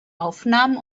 aufnahmen